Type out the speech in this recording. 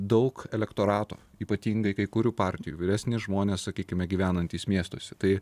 daug elektorato ypatingai kai kurių partijų vyresni žmonės sakykime gyvenantys miestuose tai